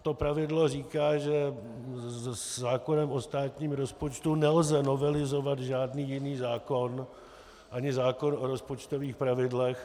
To pravidlo říká, že zákonem o státním rozpočtu nelze novelizovat žádný jiný zákon, ani zákon o rozpočtových pravidlech.